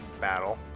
battle